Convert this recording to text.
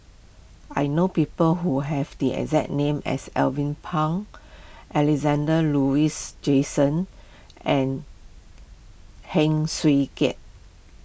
I know people who have the exact name as Alvin Pang Alexander Laurie Johnston and Heng Swee Keat